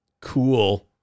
Cool